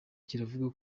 kiravuga